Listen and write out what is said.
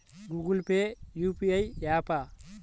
Google Pay UPI య్యాపా?